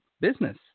business